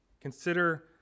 consider